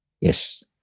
Yes